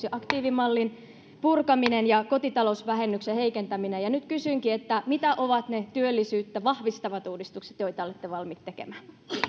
ja aktiivimallin purkaminen ja kotitalousvähennyksen heikentäminen nyt kysynkin mitä ovat ne työllisyyttä vahvistavat uudistukset joita olette valmiit tekemään